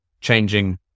Changing